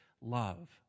love